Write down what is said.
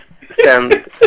stand